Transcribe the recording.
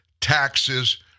taxes